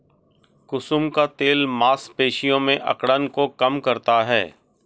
कुसुम का तेल मांसपेशियों में अकड़न को कम करता है